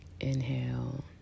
Inhale